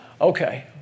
Okay